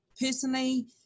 personally